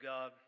God